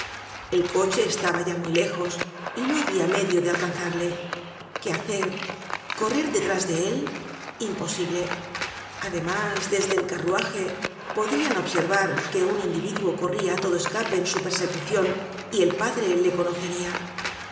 el coche estaba ya muy lejos y no habia medio de alcanzarle qué hacer correr detrás de él imposible además desde el carruaje podrian observar que un individuo corria á todo escape en su persecucion y el padre le conoceria